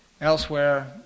Elsewhere